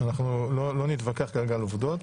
לא נתווכח כרגע על עובדות.